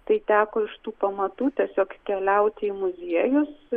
tai teko iš tų pamatų tiesiog keliauti į muziejus